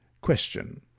Question